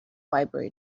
vibrating